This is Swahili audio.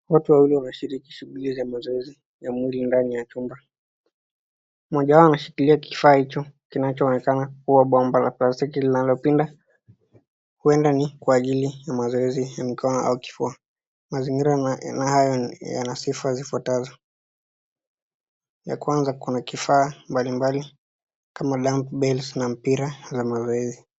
Watu wawili wameshiriki shughuli za mazoezi ya mwili ndani ya chumba, mmoja wao anashikilia kifaa hicho kinachoonekana kuwa bomba la plastiki linalopinda huenda ni kwa ajili ya mazoezi ya mkono au kifua. Mazingira hayo yana sifa zifuatazo, ya kwanza kuna kifaa mbalimbali kama dumb bells na mpira ya mazoezi.